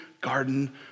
garden